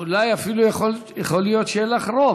ואולי אפילו יכול להיות שיהיה לך רוב.